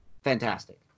fantastic